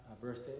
birthday